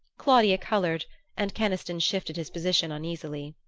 claudia colored and keniston shifted his position uneasily.